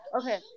okay